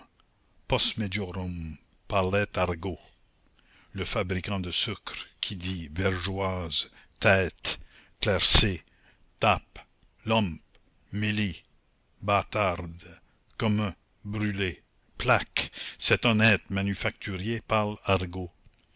le fabricant de sucre qui dit vergeoise tête claircé tape lumps mélis bâtarde commun brûlé plaque cet honnête manufacturier parle argot